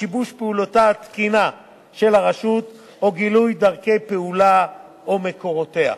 לשיבוש פעילותה התקינה של הרשות או לגילוי דרכי פעולתה או מקורותיה.